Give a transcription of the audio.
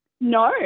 No